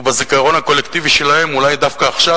ובזיכרון הקולקטיבי שלהם אולי דווקא עכשיו,